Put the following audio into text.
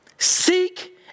Seek